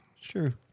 Sure